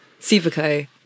Superco